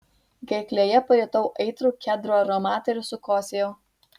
gerklėje pajutau aitrų kedrų aromatą ir sukosėjau